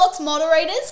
moderators